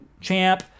champ